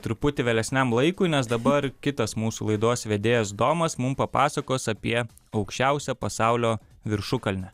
truputį vėlesniam laikui nes dabar kitas mūsų laidos vedėjas domas mums papasakos apie aukščiausią pasaulio viršukalnę